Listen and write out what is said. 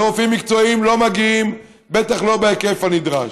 רופאים מקצועיים לא מגיעים, בטח לא בהיקף הנדרש.